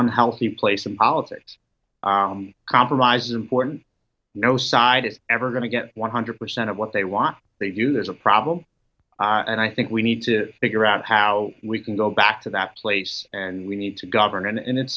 unhealthy place in politics compromise important no side is ever going to get one hundred percent of what they want they do there's a problem and i think we need to figure out how we can go back to that place and we need to govern and it's